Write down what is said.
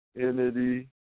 entity